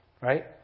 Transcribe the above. right